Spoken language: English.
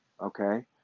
Okay